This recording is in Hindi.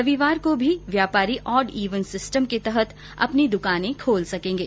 रविवार को भी व्यापारी ऑड ईवन सिस्टम के तहत अपनी दुकानें खोल सकेंगे